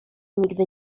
nigdy